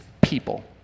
people